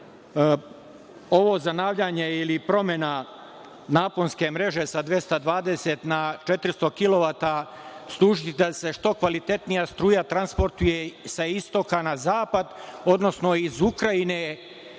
ovo zanavljanje ili promena naponske mreže sa 220 na 400 kilovata će služiti da se što kvalitetnija struja transportuje sa istoka na zapad, odnosno iz Ukrajine